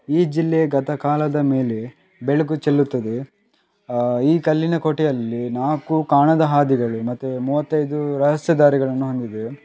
ಈ ಜಿಲ್ಲೆ ಗತಕಾಲದ ಮೇಲೆ ಬೆಳಕು ಚೆಲ್ಲುತ್ತದೆ ಈ ಕಲ್ಲಿನ ಕೋಟೆಯಲ್ಲಿ ನಾಲ್ಕು ಕಾಣದ ಹಾದಿಗಳು ಮತ್ತು ಮೂವತ್ತೈದು ರಹಸ್ಯ ದಾರಿಗಳನ್ನು ಹೊಂದಿದೆ